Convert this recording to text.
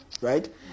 right